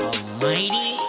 Almighty